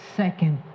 second